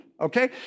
okay